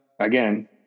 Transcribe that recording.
again